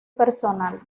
personal